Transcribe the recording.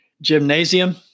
gymnasium